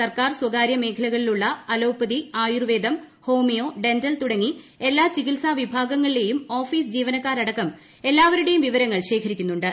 സർക്കാർ സ്വകാര്യ മേഖലകളിലുള്ള അലോപതി ആയുർവേദം ഹോമിയോ ഡെന്റൽ തുടങ്ങി എല്ലാ ചികിത്സാ വിഭാഗങ്ങളിലെയും ഓഫീസ് എല്ലാവരുടെയും വിവരങ്ങൾ ശേഖരിക്കുന്നുണ്ട്